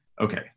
okay